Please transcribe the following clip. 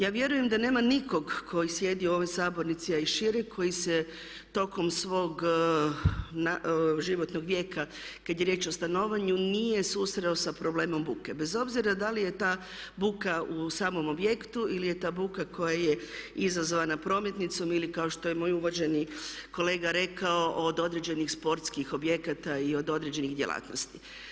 Ja vjerujem da nema nikog koji sjedi u ovoj sabornici, a i šire koji se tokom svog životnog vijeka kad je riječ o stanovanju nije susreo sa problemom buke bez obzira da li je ta buka u samom objektu ili je ta buka koja je izazvana prometnicom ili kao što je moj uvaženi kolega rekao od određenih sportskih objekata i od određenih djelatnosti.